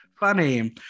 Funny